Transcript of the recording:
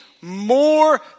more